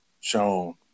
shown